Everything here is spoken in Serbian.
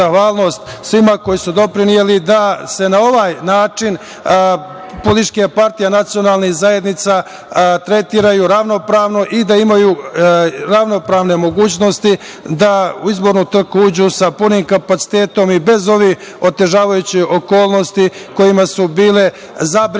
svima koji su doprineli da se na ovaj način političke partije nacionalnih zajednica tretiraju ravnopravno i da imaju ravnopravne mogućnosti da uđu u izbornu trku sa punim kapacitetom i bez ovih otežavajućih okolnosti kojima su bile zabrinute